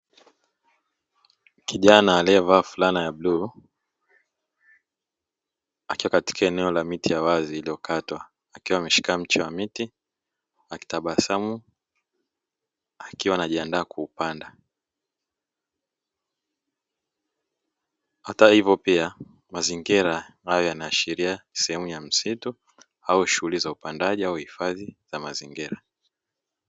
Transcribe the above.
Kijana aliyevaa fulana ya bluu akiwakatika eneo la miti ya wazi iliyokatwa akiwa ameshika mchanga miti na kitabasamu akiwa anajiandaa kuupanda hata hivyo pia mazingira hayo yanaashiria sehemu ya msitu au shughuli za upandaji au hifadhi ya mazingira.